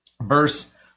verse